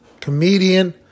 comedian